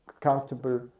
comfortable